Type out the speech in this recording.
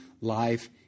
life